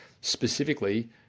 specifically